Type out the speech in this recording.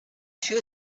two